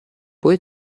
poi